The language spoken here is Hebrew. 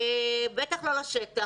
בטח לא לשטח,